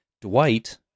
Dwight